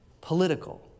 Political